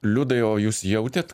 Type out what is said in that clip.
liudai o jūs jautėt